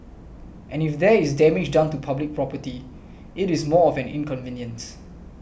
and if there is damage done to public property it is more of an inconvenience